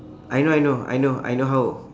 I know I know I know I know how